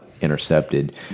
intercepted